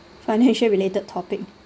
financial related topic